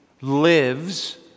lives